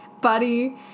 Buddy